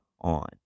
on